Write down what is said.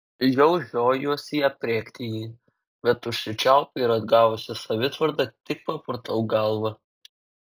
jau žiojuosi aprėkti jį bet užsičiaupiu ir atgavusi savitvardą tik papurtau galvą